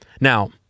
Now